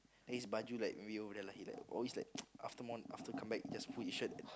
then his baju like maybe over there like he like always like after morn~ after come back always put his shirt